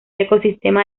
ecosistema